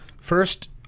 First